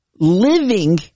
Living